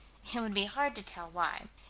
it would be hard to tell why.